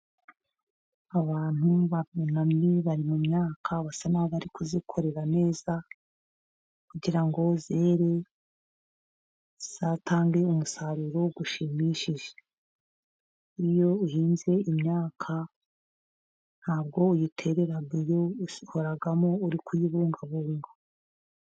Abantu barunamye bari mu myaka, basa n'abari kuyikorera neza, kugira ngo yere itange umusaruro ushimishije, iyo uhinze imyaka ntabwo uyitererana, usigaramo uri kuyibungabunga.